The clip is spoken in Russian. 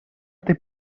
этой